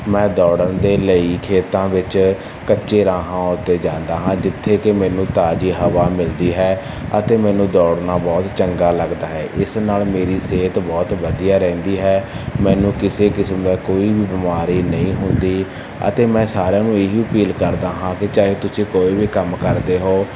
ਮੈਂ ਦੌੜਨ ਦੇ ਲਈ ਖੇਤਾਂ ਵਿੱਚ ਕੱਚੇ ਰਾਹਾਂ ਉੱਤੇ ਜਾਂਦਾ ਹਾਂ ਜਿੱਥੇ ਕਿ ਮੈਨੂੰ ਤਾਜ਼ੀ ਹਵਾ ਮਿਲਦੀ ਹੈ ਅਤੇ ਮੈਨੂੰ ਦੌੜਨਾ ਬਹੁਤ ਚੰਗਾ ਲੱਗਦਾ ਹੈ ਇਸ ਨਾਲ ਮੇਰੀ ਸਿਹਤ ਬਹੁਤ ਵਧੀਆ ਰਹਿੰਦੀ ਹੈ ਮੈਨੂੰ ਕਿਸੇ ਕਿਸਮ ਦਾ ਕੋਈ ਵੀ ਬਿਮਾਰੀ ਨਹੀਂ ਹੁੰਦੀ ਅਤੇ ਮੈਂ ਸਾਰਿਆਂ ਨੂੰ ਇਹ ਹੀ ਅਪੀਲ ਕਰਦਾ ਹਾਂ ਕਿ ਚਾਹੇ ਤੁਸੀਂ ਕੋਈ ਵੀ ਕੰਮ ਕਰਦੇ ਹੋ